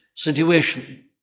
situation